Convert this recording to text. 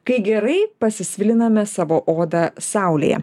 kai gerai pasisviliname savo odą saulėje